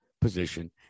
position